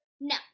No